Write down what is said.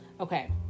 okay